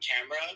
camera